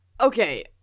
Okay